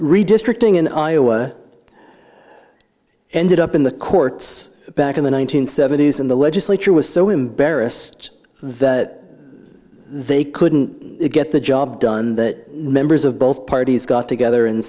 redistricting in iowa ended up in the courts back in the one nine hundred seventy s in the legislature was so embarrassed that they couldn't get the job done that members of both parties got together and